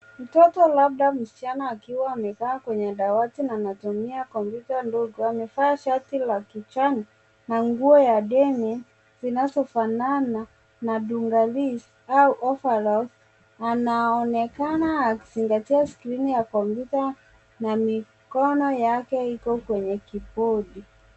Mtoto labda msichana akiwa amekaa kwenye dawati na anatumia kompyuta ndogo. Amevaa shati la kijani na nguo ya denim linalofanana na dangari au overrall ananekana akizingatia skrini ya kompyuta na mikono yake iko kwenye kibodi.